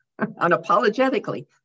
unapologetically